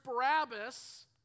Barabbas